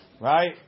right